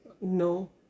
No